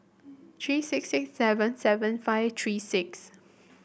three six six seven seven five three six